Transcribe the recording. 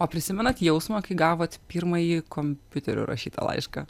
o prisimenat jausmą kai gavot pirmąjį kompiuteriu rašytą laišką